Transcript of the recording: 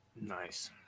Nice